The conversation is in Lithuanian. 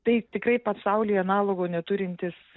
tai tikrai pasaulyje analogo neturintis